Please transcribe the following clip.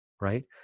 right